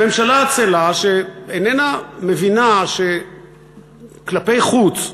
ממשלה עצלה שאיננה מבינה שכלפי חוץ,